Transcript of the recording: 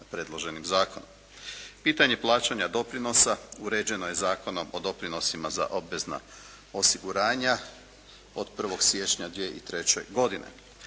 Pitanje plaćanja doprinosa uređeno je Zakonom o doprinosima za obvezna osiguranja od 1. siječnja 2003. godine.